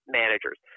managers